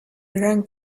rang